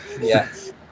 Yes